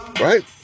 Right